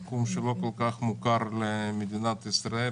זה תחום שלא כל כך מוכר למדינת ישראל,